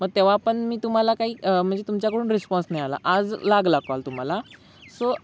मग तेव्हा पण मी तुम्हाला काही म्हणजे तुमच्याकडून रिस्पॉन्स नाही आला आज लागला कॉल तुम्हाला सो